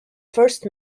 first